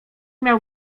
miał